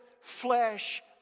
flesh